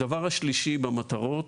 הדבר השלישי במטרות,